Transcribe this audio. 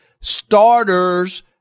starters